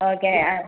okay ആ